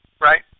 right